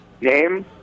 name